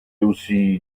aussi